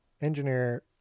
engineer